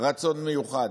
רצון מיוחד,